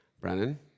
Brennan